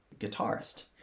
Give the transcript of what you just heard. guitarist